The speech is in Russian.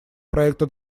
проекта